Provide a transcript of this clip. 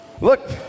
Look